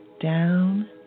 down